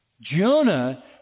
Jonah